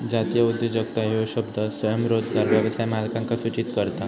जातीय उद्योजकता ह्यो शब्द स्वयंरोजगार व्यवसाय मालकांका सूचित करता